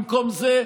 במקום זה,